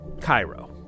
Cairo